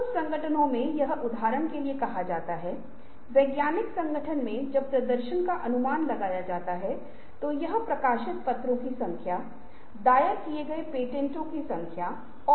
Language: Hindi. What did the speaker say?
आपको एक और समस्या है जो एक और तकनीक है जिसे मजबूर सादृश्य के रूप में जाना जाता है और मैं इसके बारे में थोड़ी देर बाद बात करूंगा लेकिन यह फिर से इसका एक प्रकार है